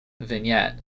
vignette